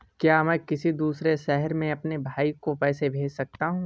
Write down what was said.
क्या मैं किसी दूसरे शहर में अपने भाई को पैसे भेज सकता हूँ?